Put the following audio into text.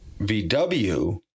VW